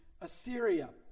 Assyria